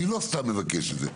אני לא סתם מבקש את זה,